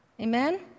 Amen